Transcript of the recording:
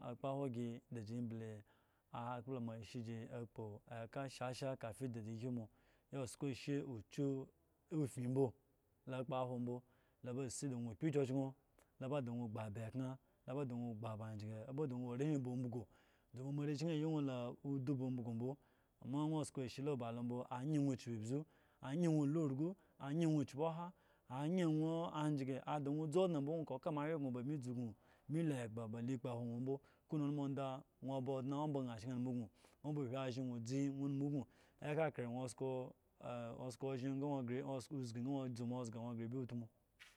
Akpohwa gi da gi mbli aa akpla moashe ji akpoeka shasha kafi daji chuyu mo yo sko ashe ochyu ofin mbo la kpokhwo mbo gbu abe ekhr la ba nwo la udu ba umbusu mbo amma nwo sko ashe lo wo ba. mbo amma nwo skoo she lo wo ba lo mbo anye nwo chuku izbu anye nwo lu urgu ange nwo chpi oha anyo nwoo anjge ada nwo dzu odne mbo nwo ko ka moanwyen gño ba bmi dzu ugun bmi lu egba ba le kpokhwo nwo mbo kowene unmu onda nwo ba odne omba gña shem nmu ugun nwo be whi azhen gño dzii nwo nmu ugun yaka kre nwo akoo aa osko ozhen nga nwo gre nwo nga nwo zgi